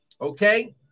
okay